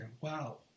wow